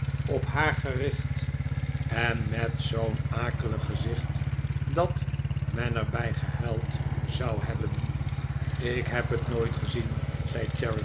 op haar gericht en met zoo'n akelig gezicht dat men er bij gehuild zou hebben ik heb het nooit gezien